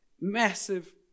massive